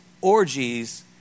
orgies